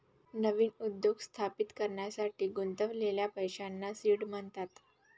नवीन उद्योग स्थापित करण्यासाठी गुंतवलेल्या पैशांना सीड म्हणतात